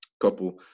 couple